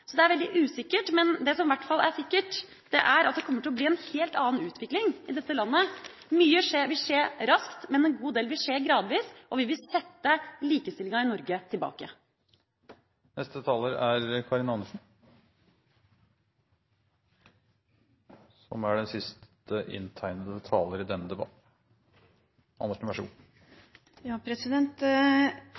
Det er veldig usikkert, men det som i hvert fall er sikkert, er at det kommer til å bli en helt annen utvikling i dette landet. Mye vil skje raskt, men en god del vil skje gradvis og vil sette likestillinga i Norge tilbake. Jeg har behov for å forsikre representanten Håbrekke fra Kristelig Folkeparti om at likestilling ikke er